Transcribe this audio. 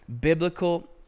biblical